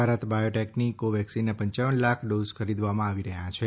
ભારત બાયોટેકની કોવેક્સિનના પંચાવન લાખ ડોઝ ખરીદવામાં આવી રહ્યા છે